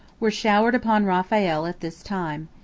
were showered upon raphael at this time.